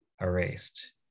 erased